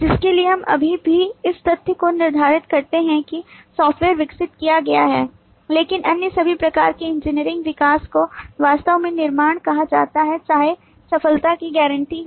जिसके लिए हम अभी भी इस तथ्य को निर्धारित करते हैं कि सॉफ्टवेयर विकसित किया गया है लेकिन अन्य सभी प्रकार के इंजीनियरिंग विकास को वास्तव में निर्माण कहा जाता है चाहे सफलता की गारंटी हो